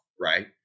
right